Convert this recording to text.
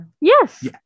Yes